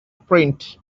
print